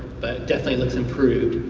but definitely looks improved.